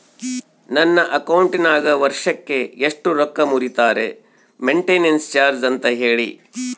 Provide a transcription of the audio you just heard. ನನ್ನ ಅಕೌಂಟಿನಾಗ ವರ್ಷಕ್ಕ ಎಷ್ಟು ರೊಕ್ಕ ಮುರಿತಾರ ಮೆಂಟೇನೆನ್ಸ್ ಚಾರ್ಜ್ ಅಂತ ಹೇಳಿ?